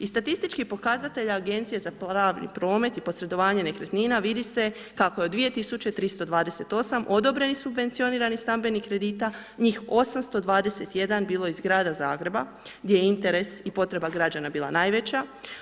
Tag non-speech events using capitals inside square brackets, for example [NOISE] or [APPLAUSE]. I statistički pokazatelji Agencije za ... [UNINTELLIGIBLE] promet i posredovanje nekretnina vidi se kako je 2328 odobrenih subvencioniranih stambenih kredita njih 821 bilo iz grada Zagreba gdje je interes i potreba građana bila najveća.